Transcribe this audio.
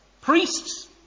priests